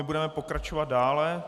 Budeme pokračovat dále.